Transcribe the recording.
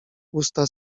usta